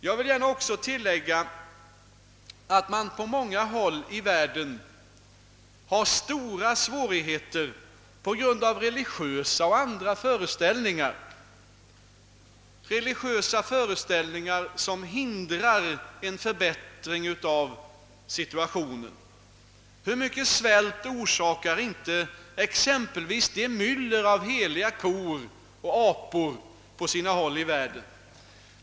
Jag vill gärna tillägga att man på många håll i världen har stora svårigheter på grund av religiösa och andra föreställningar, som hindrar en förbättring av situationen. Hur mycket svält orsakar inte exempelvis det myller av heliga kor och apor som finns på sina håll i världen!